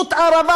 חיבוט ערבה.